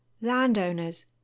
landowners